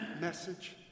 message